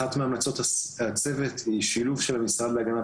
אחת מהמלצות הצוות היא שילוב של המשרד להגנת